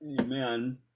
Amen